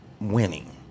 winning